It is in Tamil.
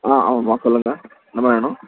அம்மா ஆமாம்மா சொல்லுங்கள் என்னம்மா வேணும்